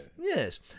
yes